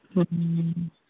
ᱦᱩᱸ